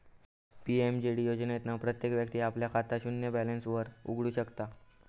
PMJD योजनेतना प्रत्येक व्यक्ती आपला खाता शून्य बॅलेंस वर उघडु शकता